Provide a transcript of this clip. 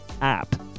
app